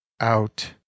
Out